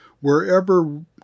wherever